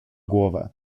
głowę